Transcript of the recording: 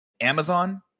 Amazon